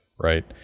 right